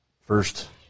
First